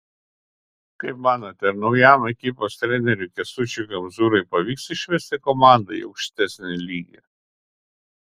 kaip manote ar naujam ekipos treneriui kęstučiui kemzūrai pavyks išvesti komandą į aukštesnį lygį